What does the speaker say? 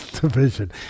division